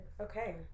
Okay